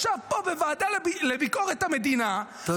ישב פה בוועדה לביקורת המדינה -- תודה רבה.